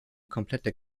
komplette